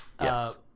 Yes